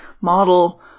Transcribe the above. model